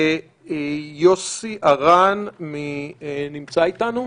יוסי ארן נמצא איתנו?